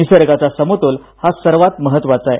निसर्गाचा समतोल हा सर्वात महत्त्वाचा आहे